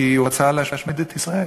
כי הוא רצה להשמיד את ישראל.